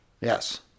Yes